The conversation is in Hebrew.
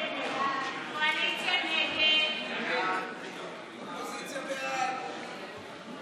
הצעת סיעת הרשימה המשותפת להביע